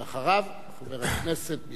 אחריו, חבר הכנסת בילסקי.